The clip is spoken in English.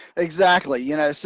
exactly. you know,